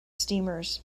steamers